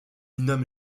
nomme